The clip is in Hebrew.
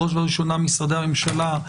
בראש ובראשונה משרדי הממשלה,